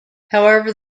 however